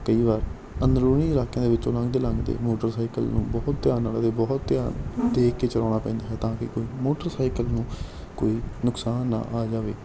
ਕਈ ਵਾਰ ਅੰਦਰੂਨੀ ਇਲਾਕਿਆਂ ਦੇ ਵਿੱਚੋਂ ਲੰਘਦੇ ਲੰਘਦੇ ਮੋਟਰਸਾਈਕਲ ਨੂੰ ਬਹੁਤ ਧਿਆਨ ਨਾਲ ਅਤੇ ਬਹੁਤ ਧਿਆਨ ਦੇਖ ਕੇ ਚਲਾਉਣਾ ਪੈਂਦਾ ਹੈ ਤਾਂ ਕਿ ਕੋਈ ਮੋਟਰਸਾਈਕਲ ਨੂੰ ਕੋਈ ਨੁਕਸਾਨ ਨਾ ਆ ਜਾਵੇ